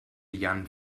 jan